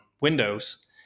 windows